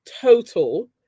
total